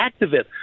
activist